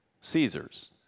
Caesar's